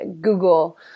Google